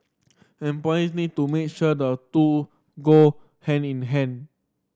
employers need to make sure the two go hand in hand